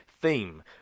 theme